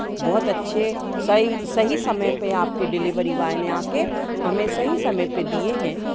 बहुत अच्छे सही सही समय पे आपके डिलिवरी बॉय ने आके हमें सही समय पे दिए हैं